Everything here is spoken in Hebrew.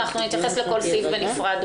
ואנחנו נתייחס לכל סעיף בנפרד.